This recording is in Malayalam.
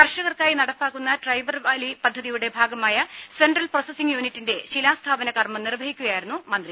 കർഷകർക്കായി നടപ്പാക്കുന്ന ട്രൈബൽവാലി പദ്ധതിയുടെ ഭാഗമായ സെൻട്രൽ പ്രൊസസിംഗ് യൂണിറ്റിന്റെ ശിലാസ്ഥാപന കർമ്മം നിർവ്വഹിക്കുകയായിരുന്നു മന്ത്രി